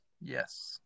Yes